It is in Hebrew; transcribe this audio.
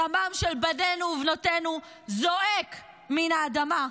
דמם של בנינו ובנותינו זועק מן האדמה.